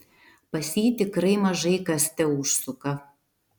pas jį tikrai mažai kas teužsuka